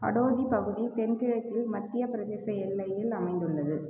ஹடோதி பகுதி தென்கிழக்கில் மத்தியப் பிரதேச எல்லையில் அமைந்துள்ளது